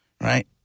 Right